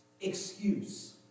excuse